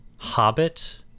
Hobbit